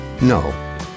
no